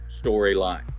storyline